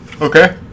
Okay